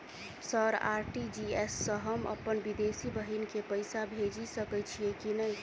Sir RTGS सँ हम अप्पन विदेशी बहिन केँ पैसा भेजि सकै छियै की नै?